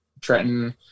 Trenton